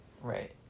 right